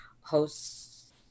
hosts